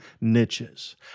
niches